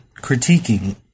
critiquing